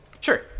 Sure